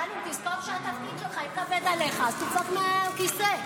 אם התפקיד שלך כבד עליך, תצא מהכיסא.